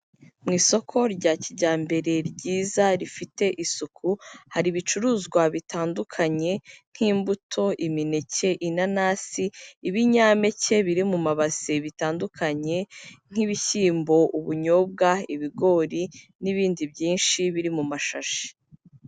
Mu isoko rya kijyambere ryiza rifite isuku, hari ibicuruzwa bitandukanye, nk'imbuto imineke, inanasi, ibinyampeke biri mu mabase bitandukanye, nk'ibishyimbo, ubunyobwa, ibigori n'ibindi byinshi biri mu mashashi.